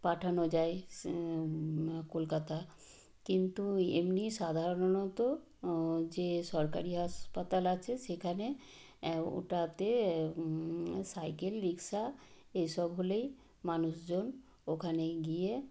পাঠানো যায় স কলকাতা কিন্তু এমনই সাধারণত যে সরকারি হাসপাতাল আছে সেখানে ওটাতে সাইকেল রিক্সা এসব হলেই মানুষজন ওখানে গিয়ে